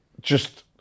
just-